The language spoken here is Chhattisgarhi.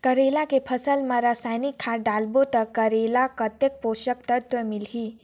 करेला के फसल मा रसायनिक खाद डालबो ता करेला कतेक पोषक तत्व मिलही?